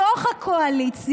שאת דיברת עליה,